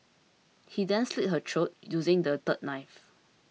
he then slit her throat using the third knife